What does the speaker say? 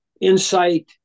insight